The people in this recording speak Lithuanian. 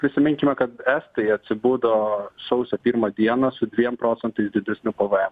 prisiminkime kad estai atsibudo sausio pirmą dieną su dviem procentais didesniu pvm